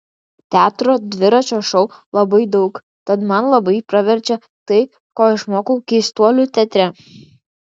teatro dviračio šou labai daug tad man labai praverčia tai ko išmokau keistuolių teatre